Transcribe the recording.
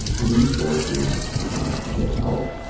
ah resources to get help,